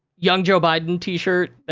young joe biden t-shirt. yeah.